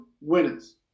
winners